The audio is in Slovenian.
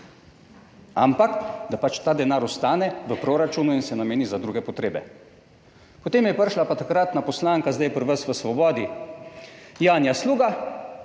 ampak da ta denar ostane v proračunu in se nameni za druge potrebe. Potem je prišla pa takratna poslanka, zdaj pri vas v Svobodi, Janja Sluga,